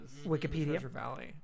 Wikipedia